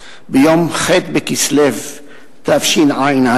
ביום ח' בכסלו תשע"א,